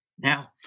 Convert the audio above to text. Now